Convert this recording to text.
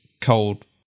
cold